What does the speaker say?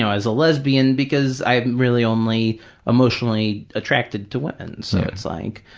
so as a lesbian because i'm really only emotionally attracted to women. so, it's like,